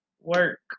work